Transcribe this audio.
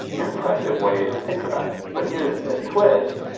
impressive way to think about it. but here's the twist.